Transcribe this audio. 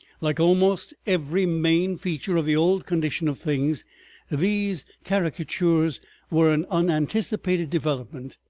like almost every main feature of the old condition of things these caricatures were an unanticipated development,